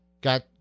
got